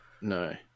no